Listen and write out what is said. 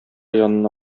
янына